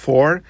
Four